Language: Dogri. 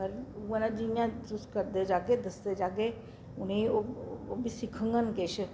पर उ'आं नां जि'यां तुस करदे जाह्गे तुस दस्सदे जाह्गे उ'नेंगी ओह् बी सिक्खङ किश